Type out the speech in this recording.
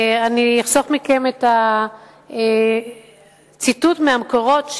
אני אחסוך מכם את הציטוט מהמקורות,